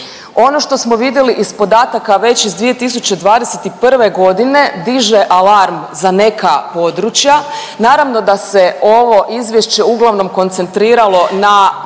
Ono što smo vidjeli iz podataka već iz 2021.g. diže alarm za neka područja. Naravno da se ovo izvješće uglavnom koncentriralo na